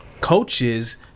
coaches